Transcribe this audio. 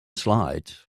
slides